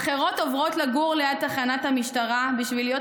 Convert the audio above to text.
ואחרות עוברות לגור ליד תחנת המשטרה בשביל להיות